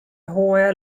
hooaja